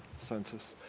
census.